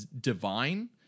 divine